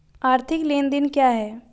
आर्थिक लेनदेन क्या है?